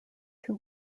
two